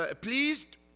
pleased